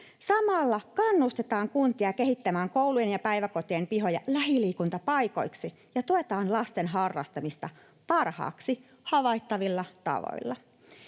Samalla kannustetaan kuntia kehittämään koulujen ja päiväkotien pihoja lähiliikuntapaikoiksi ja tuetaan lasten harrastamista parhaaksi havaittavilla tavoilla.